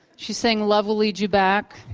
she sang lovely jubak